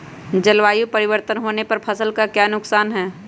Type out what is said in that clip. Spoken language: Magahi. जलवायु परिवर्तन होने पर फसल का क्या नुकसान है?